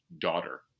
daughter